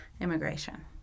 immigration